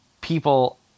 people